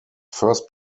first